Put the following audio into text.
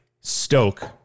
Stoke